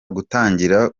gutangira